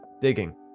Digging